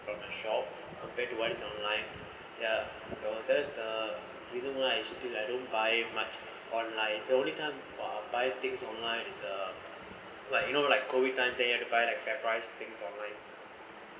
from the shop compared to what is online ya so that's the reason why I still I don't buy much online the only time or buy things online is uh like you know like COVID times then you have to buy like fair price things online